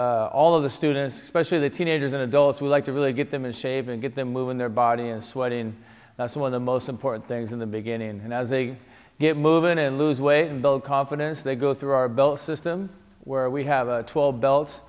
all of the students specially the teenagers and adults we like to really get them a shave and get them moving their body and sweating some of the most important things in the beginning and as they get moving and lose weight and build confidence they go through our bell system where we have a twelve belt